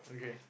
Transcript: okay